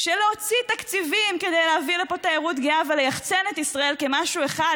של להוציא תקציבים כדי להביא לפה תיירות גאה וליחצן את ישראל כמשהו אחד,